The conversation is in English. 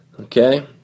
Okay